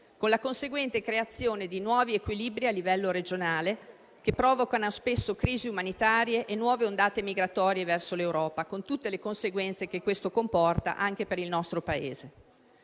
con la conseguente creazione di nuovi equilibri a livello regionale che provocano spesso crisi umanitarie e nuove ondate migratorie verso l'Europa, con tutte le conseguenze che questo comporta anche per il nostro Paese.